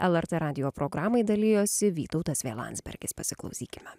lrt radijo programai dalijosi vytautas v landsbergis pasiklausykime